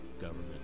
government